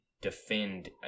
defend